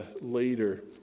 later